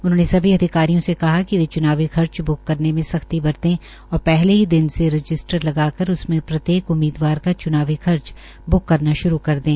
उन्होंने सभी अधिकारियों से कहा कि वे च्नावी खर्च ब्क करने में सख्ती बरते और पहले ही दिन से रजिस्टर लगाकर उसमे प्रत्येक उम्मीदवार का च्नावी ब्क करना श्रू कर दें